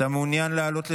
אתה מעוניין לעלות לסכם.